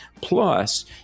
Plus